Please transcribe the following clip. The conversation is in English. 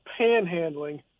panhandling